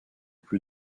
plus